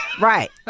Right